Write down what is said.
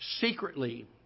Secretly